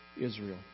Israel